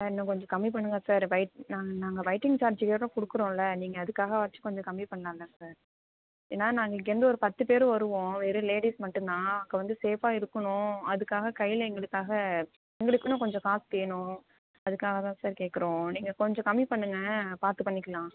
sir இன்னும் கொஞ்சம் கம்மி பண்ணுங்க சார் வெயிட் நாங்கள் நாங்கள் வெயிட்டிங் சார்ஜ்ஜு வேறு கொடுக்குறோம்ல நீங்கள் அதுக்காகவாச்சும் கொஞ்சம் கம்மி பண்ணலாம்லை சார் ஏன்னால் நாங்கள் இங்கேயிருந்து ஒரு பத்து பேர் வருவோம் வெறும் லேடிஸ் மட்டும்தான் அங்கே வந்து சேஃபாக இருக்கணும் அதுக்காக கையில் எங்களுக்குக்காக எங்களுக்குன்னு கொஞ்சம் காசு வேணும் அதுக்காகதான் சார் கேட்குறோம் நீங்கள் கொஞ்சம் கம்மி பண்ணுங்க பார்த்து பண்ணிக்கலாம்